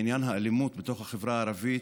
בעניין האלימות בתוך החברה הערבית,